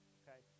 okay